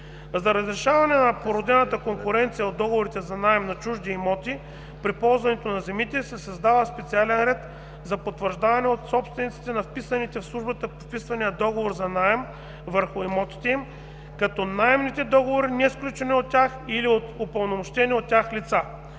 За разрешаване на породената конкуренция от договорите за наем на чужди имоти при ползването на земите се създава специален ред за потвърждаване от собствениците на вписаните в Службата по вписванията договор за наем върху имотите им, като наемните договори, несключени от тях или от упълномощени от тях лица.